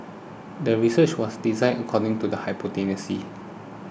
the research was designed according to the hypothesis